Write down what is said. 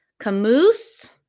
Camus